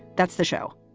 that's the show.